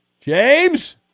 James